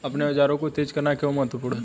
अपने औजारों को तेज करना क्यों महत्वपूर्ण है?